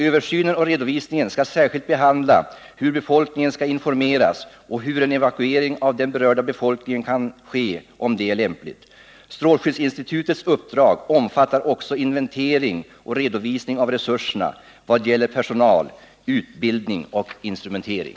Översynen och redovisningen skall särskilt behandla hur befolkningen skall informeras och hur en evakuering av den berörda befolkningen kan ske. Strålskyddsinstitutets uppdrag omfattar också inventering och redovisning av resurserna i vad gäller personal, utbildning och instrumentering.